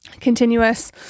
continuous